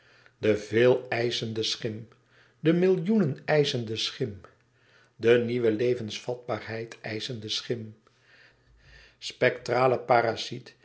de veel eischende schim de millioenen eischende schim de nieuwe levensvatbaarheid eischende schim spectrale